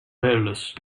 hairless